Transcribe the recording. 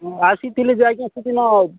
ଆସି ଥିଲି ଯାଇ କି ସେ ଦିନ ଆଉ